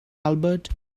albert